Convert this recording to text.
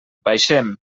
baixem